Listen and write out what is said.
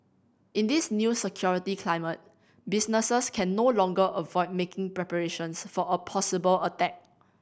in this new security climate businesses can no longer avoid making preparations for a possible attack